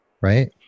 right